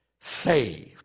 saved